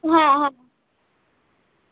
হ্যাঁ হ্যাঁ